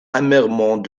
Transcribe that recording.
amèrement